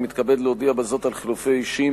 אני מתכבד להודיע בזאת על חילופי אישים